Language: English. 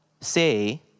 say